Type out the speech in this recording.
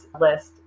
list